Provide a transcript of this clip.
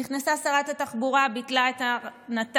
נכנסה שרת התחבורה, ביטלה את הנת"צים.